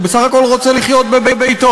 הוא בסך הכול רוצה לחיות בביתו,